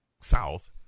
south